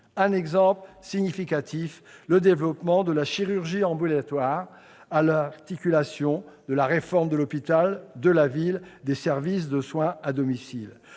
Un exemple significatif se trouve dans le développement de la chirurgie ambulatoire, à l'articulation de la réforme de l'hôpital, de la ville, des services de soins à domicile